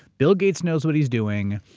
bill gates knows what he's doing.